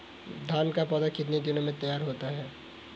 धान का पौधा कितने दिनों में तैयार होता है?